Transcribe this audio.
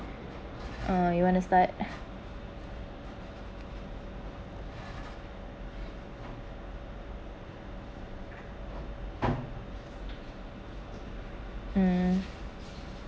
uh you want to start um